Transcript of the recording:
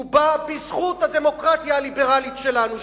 הוא בא רק בזכות הדמוקרטיה הליברלית שלנו,